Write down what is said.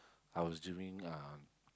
I was doing um